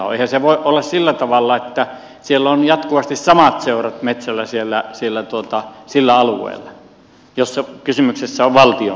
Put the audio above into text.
eihän se voi olla sillä tavalla että siellä on jatkuvasti samat seurat metsällä sillä alueella jos kysymyksessä ovat valtion maat